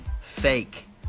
fake